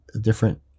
different